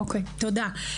אוקיי, תודה.